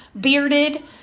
bearded